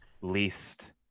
least